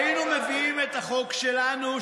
אני מבקש להוסיף לי חצי דקה.